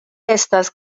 estas